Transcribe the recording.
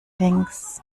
links